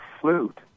flute